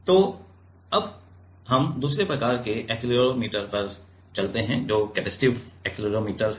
तो अब हम दूसरे प्रकार के एक्सेलेरोमीटर पर चलते हैं जो कैपेसिटिव एक्सेलेरोमीटर है